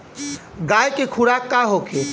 गाय के खुराक का होखे?